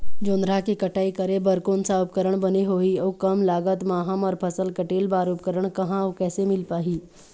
जोंधरा के कटाई करें बर कोन सा उपकरण बने होही अऊ कम लागत मा हमर फसल कटेल बार उपकरण कहा अउ कैसे मील पाही?